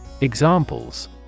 Examples